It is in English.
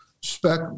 Spec